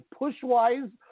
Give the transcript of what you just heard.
Pushwise